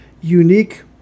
unique